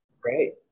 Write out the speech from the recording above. Great